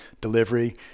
delivery